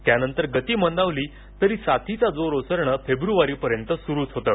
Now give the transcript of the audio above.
त्यानंतर गती मंदावली तरी साथीचा जोर ओसरण फेड्रवारीपर्यंत सुरूच होतं